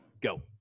Go